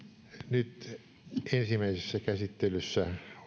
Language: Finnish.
nyt ensimmäisessä käsittelyssä